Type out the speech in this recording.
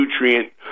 nutrient